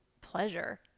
pleasure